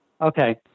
Okay